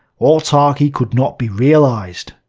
autarky could not be realized,